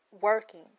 working